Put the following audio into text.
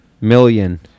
Million